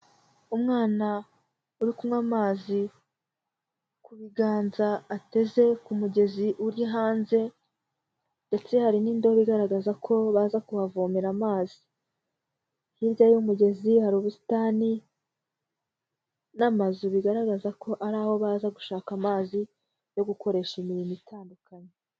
Umwana uri kunywa amazi ku biganza ateze ku mugezi uri hanze ndetse hari n'indobo igaragaza ko baza kuhavomera amazi. Hirya y'umugezi hari ubusitani n'amazu bigaragaza ko ari aho baza gushaka amazi yo gukoresha imirimo itandukanye.